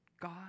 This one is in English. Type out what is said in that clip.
God